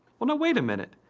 well, now, wait a minute.